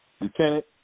lieutenant